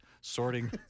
sorting